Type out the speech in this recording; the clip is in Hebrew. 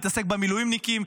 נתעסק במילואימניקים,